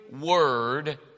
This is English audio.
word